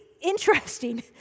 interesting